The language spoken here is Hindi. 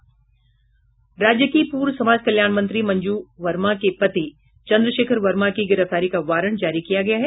राज्य की पूर्व समाज कल्याण मंत्री मंजू वर्मा के पति चन्द्रशेखर वर्मा की गिरफ्तारी का वारंट जारी किया गया है